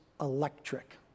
electric